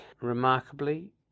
remarkably